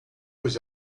was